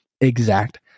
exact